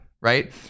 Right